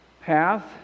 path